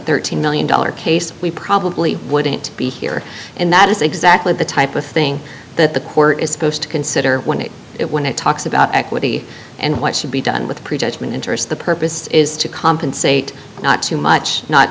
thirteen million dollars case we probably wouldn't be here and that is exactly the type of thing that the court is supposed to consider it when it talks about equity and what should be done with prejudgment interest the purpose is to compensate not too much not